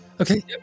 Okay